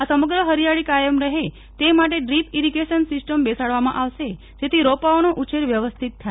આ સમગ્ર ફરિયાળી કાયમ રફે તે માટે ડ્રિપ ઇરીગેશન સિસ્ટમ બેસાડવામાં આવશે જેથી રોપાઓનો ઉછેર વ્યવસ્થિત થાય